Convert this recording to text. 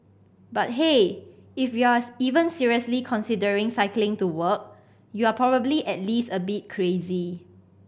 but hey if you're even seriously considering cycling to work you're probably at least a bit crazy